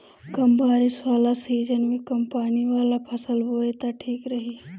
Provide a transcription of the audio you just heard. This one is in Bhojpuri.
कम बारिश वाला सीजन में कम पानी वाला फसल बोए त ठीक रही